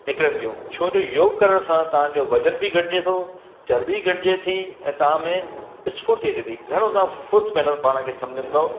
निकिरनि थियूं छोजो योग करण सां तव्हांजो वजन बि घटिजे थो चरिॿी घटिजे थी ऐं तां में स्फुर्ति अचे थी घणो तव्हां फ़ुर्त पाण खे सम्झंदो